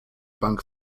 bank